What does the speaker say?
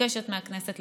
מבקשת מהכנסת,